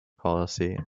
policy